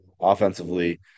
offensively